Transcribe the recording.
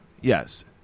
yes